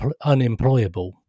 unemployable